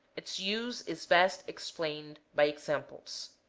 its use is best ex plained by examples